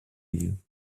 you